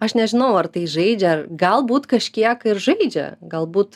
aš nežinau ar tai žaidžia galbūt kažkiek ir žaidžia galbūt